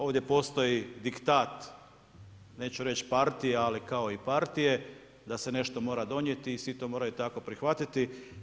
Ovdje postoji diktat, neću reći partija, ali kao i partije da se nešto mora donijeti i svi to moraju tako prihvatiti.